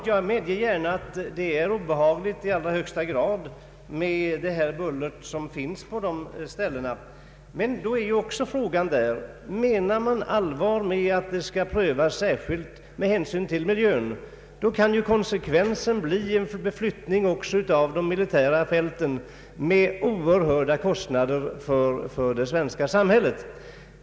Jag medger gärna att det är i allra högsta grad obehagligt med bullret vid dessa platser, men menar man allvar med talet om en prövning med hänsyn till miljön, så kan ju konsekvensen bli en flyttning av de militära flygfälten med oerhörda kostnader för det svenska samhället.